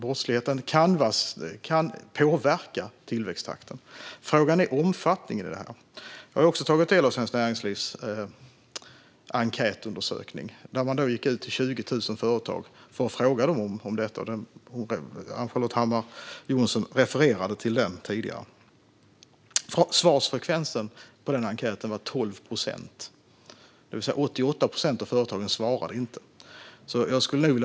Brottsligheten kan påverka tillväxttakten. Frågan är hur stor omfattningen är. Jag har också tagit del av Svenskt Näringslivs enkätundersökning där man gick ut till 20 000 företag för att fråga dem om detta. Ann-Charlotte Hammar Johnsson refererade tidigare till den. Svarsfrekvensen på den enkäten var 12 procent, det vill säga 88 procent av företagen svarade inte.